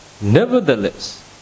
nevertheless